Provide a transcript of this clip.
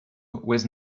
was